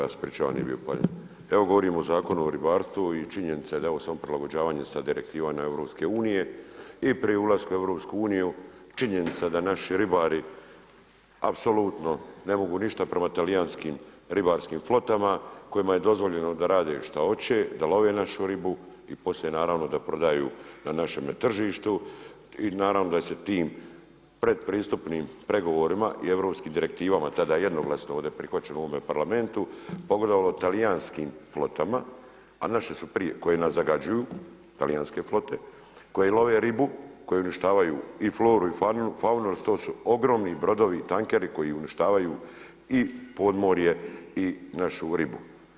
Evo govorimo o Zakonu o ribarstvu i činjenica je da je ovo samo prilagođavanje sa direktivama EU i pri ulasku u EU, činjenica da naši ribari apsolutno ne mogu ništa prema talijanskim ribarskim flotama kojima je dozvoljeno da rade šta hoće, da love našu ribu i poslije naravno da prodaju na našem tržištu i naravno da je se tim pretpristupnim pregovorima i europskim direktivama tada jednoglasno ovdje prihvaćeno u ovome Parlamentu, pogodovalo talijanskim flotama koje nas zagađuju, talijanske flote koje love ribu, koje uništavaju i floru i faunu jer to su ogromni brodovi i tankeri koji uništavaju i podmorje i našu ribu.